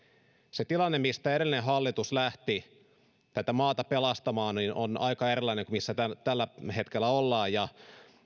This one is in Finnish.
se tilanne mistä edellinen hallitus lähti tätä maata pelastamaan on aika erilainen kuin se missä tällä hetkellä ollaan ja